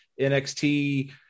nxt